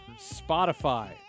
spotify